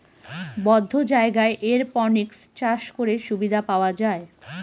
বদ্ধ জায়গায় এরপনিক্স চাষ করে সুবিধা পাওয়া যায়